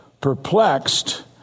Perplexed